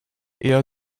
eher